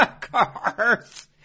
Cars